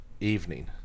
Evening